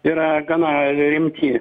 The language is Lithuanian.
yra gana rimti